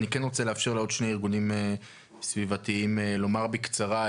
אני כן רוצה לאפשר לעוד שני ארגונים סביבתיים לומר בקצרה,